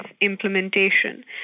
implementation